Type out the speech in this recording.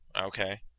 Okay